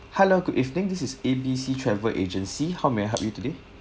hello good evening this is A B C travel agency how may I help you today